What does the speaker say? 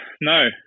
No